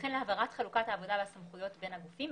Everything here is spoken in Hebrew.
וכן להבהרת חלוקת העבודה והסמכויות בין הגופים.